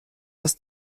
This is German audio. das